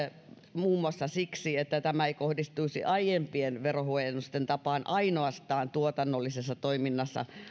muun muassa siksi että tämä ei kohdistuisi aiempien verohuojennusten tapaan ainoastaan tuotannollisessa toiminnassa